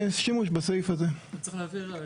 אני רוצה לדייק, כי גם